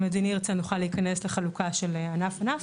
אם אדוני ירצה, נוכל להיכנס לחלוקה של ענף ענף.